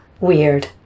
weird